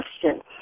question